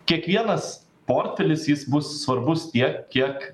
kiekvienas portfelis jis bus svarbus tiek kiek